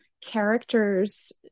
characters